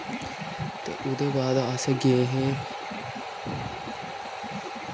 ते उ'दे बाद अस गे हे